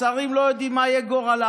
השרים לא יודעים מה יהיה גורלם.